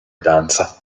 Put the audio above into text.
danza